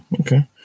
okay